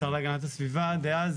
השר להגנת הסביבה דאז,